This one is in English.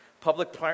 Public